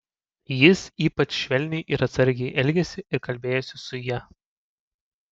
jis ypač švelniai ir atsargiai elgėsi ir kalbėjosi su ja